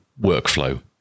workflow